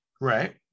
Right